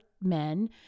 men